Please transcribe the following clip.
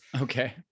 Okay